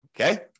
Okay